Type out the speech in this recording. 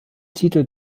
titel